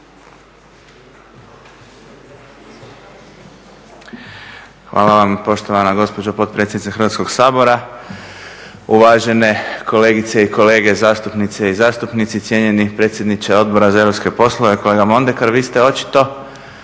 Hvala vam poštovana gospođo potpredsjednice Hrvatskog sabora. Uvažene kolegice i kolege zastupnice i zastupnici. Cijenjeni predsjedniče Odbora za europske poslove kolega Mondekar. Vi ste očito